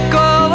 go